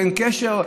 ואין קשר,